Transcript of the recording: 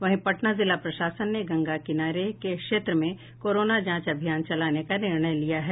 वहीं पटना जिला प्रशासन ने गंगा किनारे के क्षेत्र में कोरोना जांच अभियान चलाने का निर्णय लिया है